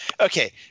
Okay